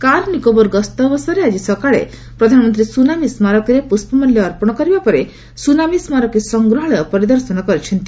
କାର୍ନିକୋବର ଗସ୍ତ ଅବସରରେ ଆଜି ସକାଳେ ପ୍ରଧାନମନ୍ତ୍ରୀ ସୁନାମୀ ସ୍କାରକୀରେ ପୁଷ୍ପମାଲ୍ୟ ଅର୍ପଣ କରିବା ପରେ ସୁନାମୀ ସ୍କାରକୀ ସଂଗ୍ରହାଳୟ ପରିଦର୍ଶନ କରିଛନ୍ତି